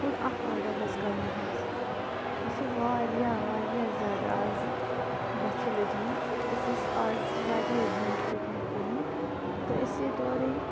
food اَکھ order حظ کَرُن حظ اَسہِ چھُ واریاہ واریاہ زیادٕ آز بۄچھِ لٔجمٕژ أسۍ ٲسۍ اَز واریاہ زیوٗٹھ پِکنِک کوٚرمُت تہٕ أسۍ آے تورَے